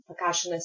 percussionist